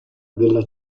della